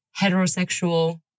heterosexual